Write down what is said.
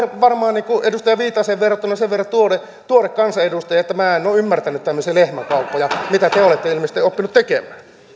varmaan edustaja viitaseen verrattuna sen verran tuore tuore kansanedustaja että minä en ole ymmärtänyt tämmöisiä lehmänkauppoja mitä te te olette ilmeisesti oppinut